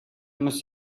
must